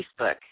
Facebook